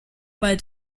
bald